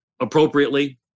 appropriately